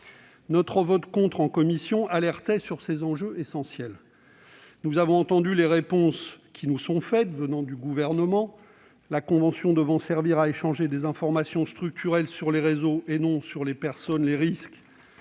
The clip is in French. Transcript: Notre vote contre en commission tendait à alerter sur ces enjeux essentiels. Nous avons entendu les réponses du Gouvernement : la convention devant servir à échanger des informations structurelles sur les réseaux, et non sur les personnes, les risques